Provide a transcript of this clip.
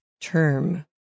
term